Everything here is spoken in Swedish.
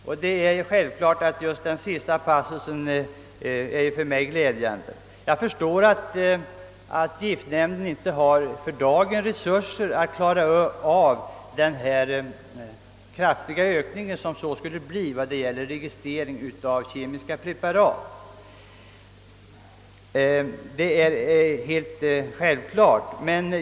Jag finner självfallet den sista passusen vara glädjande. Jag förstår att giftnämnden inte för dagen har resurser att klara av den kraftiga ökning av arbetsbördan, som skulle bli följden av en registrering av kemiska preparat.